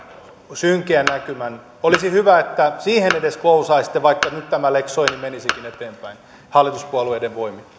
synkeän näkymän olisi hyvä että siihen edes suostuisitte vaikka nyt tämä lex soini menisikin eteenpäin hallituspuolueiden voimin